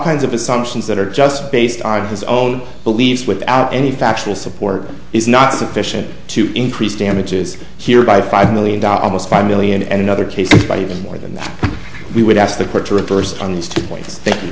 kinds of assumptions that are just based on his own beliefs without any factual support is not sufficient to increase damages here by five million dollars five million and in other cases by even more than that we would ask the court to reverse on these two points thank you